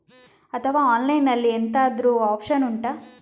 ಅಥವಾ ಆನ್ಲೈನ್ ಅಲ್ಲಿ ಎಂತಾದ್ರೂ ಒಪ್ಶನ್ ಉಂಟಾ